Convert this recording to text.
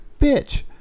bitch